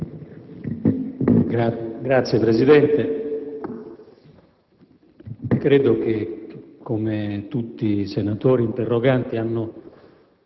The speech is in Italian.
Signor Presidente, credo che, come tutti i senatori interroganti hanno